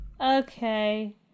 Okay